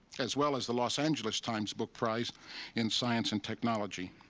as well as the los angeles times book prize in science and technology.